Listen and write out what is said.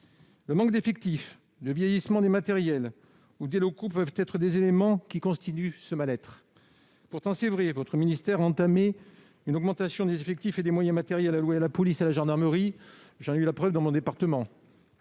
Le manque d'effectifs, le vieillissement des matériels ou des locaux peuvent être des éléments qui constituent ce mal-être. Il est vrai que votre ministère a augmenté les effectifs et les moyens matériels alloués à la police et à la gendarmerie ; j'en ai eu la preuve dans mon département.